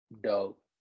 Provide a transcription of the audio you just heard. dope